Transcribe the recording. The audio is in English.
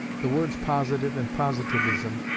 the words positive and positivism,